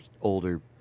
older